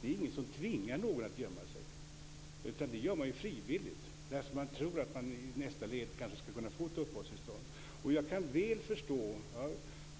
Det är ingen som tvingar någon att gömma sig, utan det gör man frivilligt därför att man tror att man kanske i nästa led skulle kunna få ett uppehållstillstånd. Jag kan